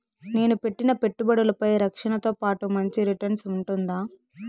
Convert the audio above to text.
నేను పెట్టిన పెట్టుబడులపై రక్షణతో పాటు మంచి రిటర్న్స్ ఉంటుందా?